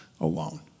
alone